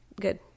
good